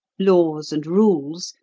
laws and rules,